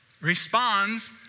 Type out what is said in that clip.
responds